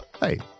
Hey